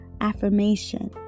affirmation